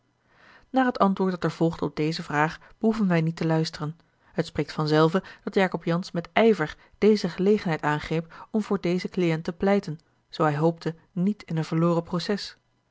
naar het antwoord dat er volgde op deze vraag behoeven wij niet te luisteren het spreekt vanzelve dat jacob jansz met ijver deze gelegenheid aangreep om voor dezen cliënt te pleiten zoo hij hoopte niet in een verloren proces